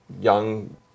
young